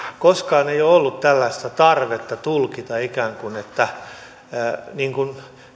koskaan ei ole ollut tällaista tarvetta tulkita ikään kuin